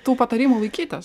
tų patarimų laikytis